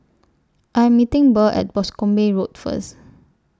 I Am meeting Burl At Boscombe Road First